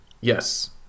Yes